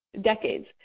decades